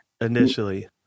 initially